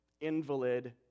invalid